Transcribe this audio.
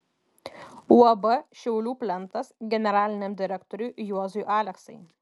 uab šiaulių plentas generaliniam direktoriui juozui aleksai